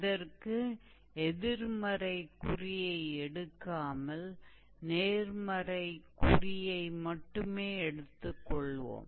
இதற்கு எதிர்மறை குறியை எடுக்காமல் நேர்மறை குறியை மட்டுமே எடுத்துக் கொள்வோம்